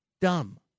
dumb